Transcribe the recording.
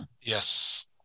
Yes